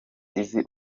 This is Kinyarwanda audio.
izi